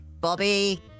Bobby